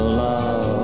love